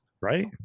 right